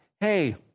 Hey